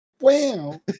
Wow